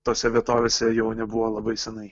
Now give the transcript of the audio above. tose vietovėse jau nebuvo labai senai